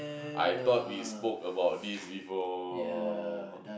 I thought we spoke about this before